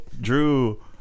Drew